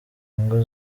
ingo